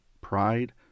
pride